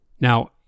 Now